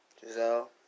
Giselle